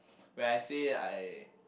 when I say I